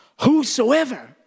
Whosoever